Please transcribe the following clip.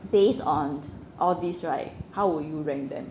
based on all these right how would you rank them